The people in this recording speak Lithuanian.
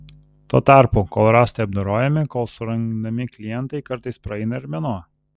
tuo tarpu kol rąstai apdorojami kol surandami klientai kartais praeina ir mėnuo